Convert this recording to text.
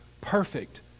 perfect